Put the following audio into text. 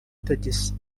tagisi